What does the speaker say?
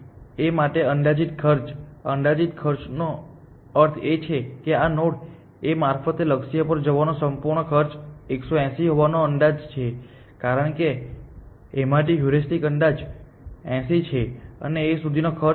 A માટે નો અંદાજિત ખર્ચ અંદાજિત ખર્ચ નો અર્થ એ છે કે આ નોડ A મારફતે લક્ષ્ય પર જવાનો સંપૂર્ણ ખર્ચ 180 હોવાનો અંદાજ છે કારણ કે એમાંથી હ્યુરિસ્ટિક અંદાજ 80 છે અને A સુધીનો ખર્ચ 100 છે